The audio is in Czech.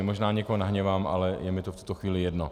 Možná někoho nahněvám, ale je mi to v tuto chvíli jedno.